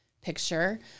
picture